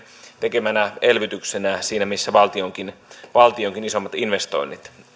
tekemänä elvytyksenä siinä missä valtion isommatkin investoinnit